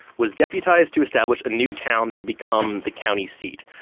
was deputized to establish a new town that would become the county seat.